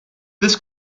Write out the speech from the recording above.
this